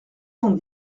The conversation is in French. cent